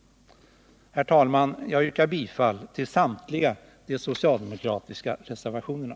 Herr talman! Jag yrkar bifall till samtliga de socialdemokratiska reservationerna.